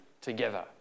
together